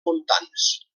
montans